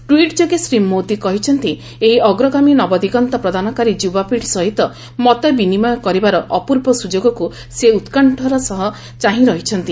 tweet ଯୋଗେ ଶ୍ରୀ ମୋଦି କହିଛନ୍ତି ଏହି ଅଗ୍ରଗାମୀ ନବଦିଗନ୍ତ ପ୍ରଦାନକାରୀ ଯୁବାପିଢ଼ି ସହିତ ମତ ବିନିମୟ କରିବାର ଅପୂର୍ବ ସୁଯୋଗକୁ ସେ ଉତ୍କୃଷ୍ଠାର ସହ ଚାହିଁ ରହିଛନ୍ତି